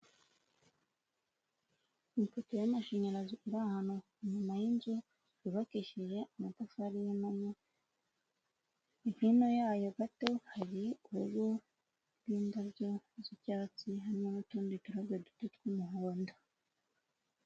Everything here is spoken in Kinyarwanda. Ipoto y'amashanyarazi iri ahantu inyuma y'inzu yubakishije amatafari y'impunya hino yayo gato hari urugo rw'indabyo z'icyatsi, hamwe n'utundi turabyo duto tw'umuhondo.